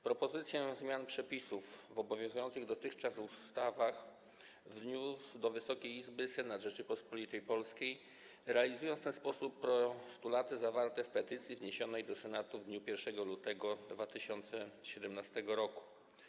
Propozycję zmian przepisów w obowiązujących dotychczas ustawach wniósł do Wysokiej Izby Senat Rzeczypospolitej Polskiej, realizując w ten sposób postulaty zawarte w petycji wniesionej do Senatu w dniu 1 lutego 2017 r.